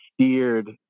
steered